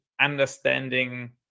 understanding